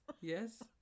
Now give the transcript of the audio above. Yes